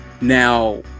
Now